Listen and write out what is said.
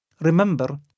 remember